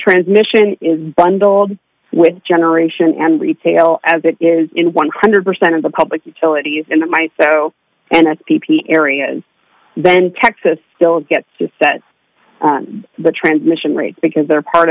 transmission is bundled with generation and retail as it is in one hundred percent of the public utilities in the my so and at p p areas then texas still gets to set the transmission rate because they're part